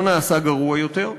לא נעשה גרוע יותר.